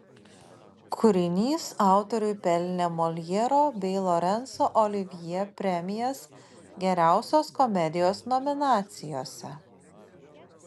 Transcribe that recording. kūrinys autoriui pelnė moljero bei lorenco olivjė premijas geriausios komedijos nominacijose